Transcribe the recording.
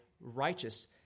righteous